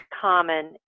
common